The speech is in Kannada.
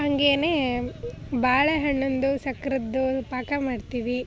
ಹಾಗೆಯೆ ಬಾಳೆ ಹಣ್ಣಿಂದು ಸಕ್ರೆದ್ದು ಪಾಕ ಮಾಡ್ತೀವಿ